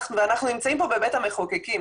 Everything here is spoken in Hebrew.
פה בבית המחוקקים.